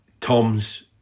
Tom's